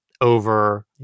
over